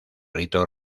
rito